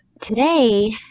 today